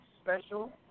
special